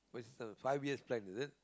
what's the five years plan is it